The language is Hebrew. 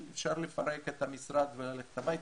אפשר לפרק את המשרד וללכת הביתה.